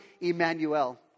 Emmanuel